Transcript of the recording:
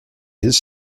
his